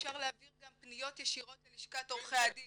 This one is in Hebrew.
אפשר להעביר גם פניות ישירות ללשכת עורכי הדין.